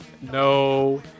no